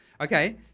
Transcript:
Okay